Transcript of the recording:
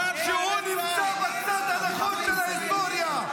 שהוא נמצא בצד הנכון של ההיסטוריה,